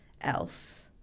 else